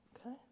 Okay